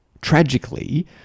tragically